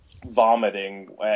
Vomiting